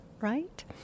right